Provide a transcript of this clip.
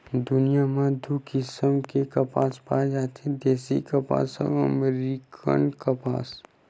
दुनिया म दू किसम के कपसा पाए जाथे देसी कपसा अउ अमेरिकन कपसा